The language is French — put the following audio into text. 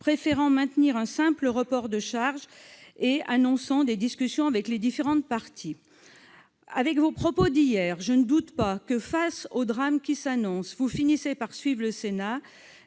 préféré maintenir un simple report de charges et annoncé des discussions avec les différentes parties. Après vos propos d'hier, je ne doute pas que, face au drame qui s'annonce, vous finirez par suivre le Sénat.